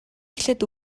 эхлээд